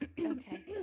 Okay